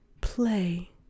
play